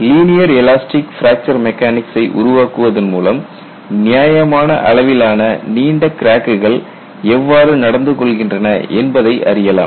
linear elastic fracture மெக்கானிக்சை உருவாக்குவதன் மூலம் நியாயமான அளவிலான நீண்ட கிராக்குகள் எவ்வாறு நடந்துகொள்கின்றன என்பதை அறியலாம்